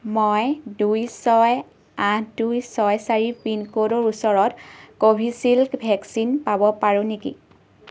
মই দুই ছয় আঠ দুই ছয় চাৰি পিনক'ডৰ ওচৰত কোভিচিল্ড ভেকচিন পাব পাৰোঁ নেকি